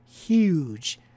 huge